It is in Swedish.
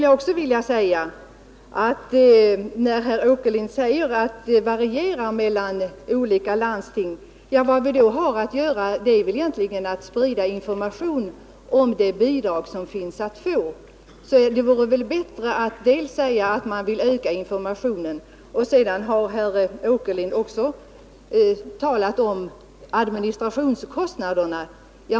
När herr Åkerlind säger att utbetalningarna och kännedomen om dessa bidrag varierar mellan olika landsting vill jag svara att vad vi då har att göra är väl egentligen att sprida information om de bidrag som finns att få. Det vore väl bättre då att öka informationen. Sedan har herr Åkerlind också talat om administrationskostnaderna.